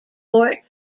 fort